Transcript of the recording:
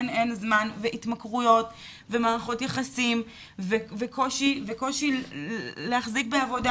אין זמן שלא והתמכרויות ומערכות יחסים וקושי להחזיק בעבודה